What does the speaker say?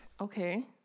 Okay